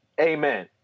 Amen